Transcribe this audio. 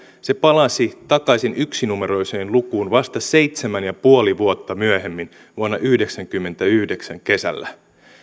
se palasi takaisin yksinumeroiseen lukuun vasta seitsemän pilkku viisi vuotta myöhemmin vuonna yhdeksänkymmentäyhdeksän kesällä